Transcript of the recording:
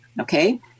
Okay